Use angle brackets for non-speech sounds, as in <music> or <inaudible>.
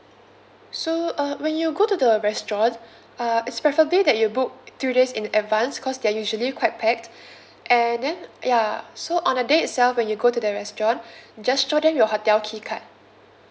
so uh when you go to the restaurant <breath> uh it's preferably that you book three days in advance cause they're usually quite packed <breath> and then ya so on the day itself when you go to the restaurant <breath> just show them your hotel key card